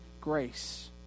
grace